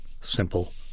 simple